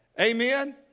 Amen